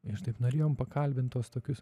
ir taip norėjom pakalbint tuos tokius